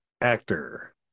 actor